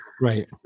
Right